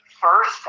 first